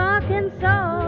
Arkansas